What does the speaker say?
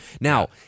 Now